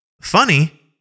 Funny